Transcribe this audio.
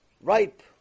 ripe